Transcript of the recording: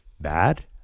bad